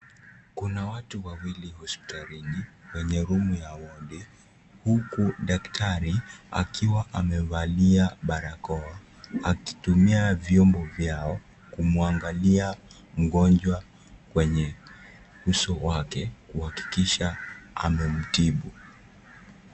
Kuna watu wawili hospitalini kwenye rumi ya wodi, huku daktari akiwa amevalia barakoa akitumia vyombo vyao kumwangalia mgonjwa kwenye uso wake kuhakikisha amemtibu.